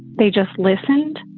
they just listened.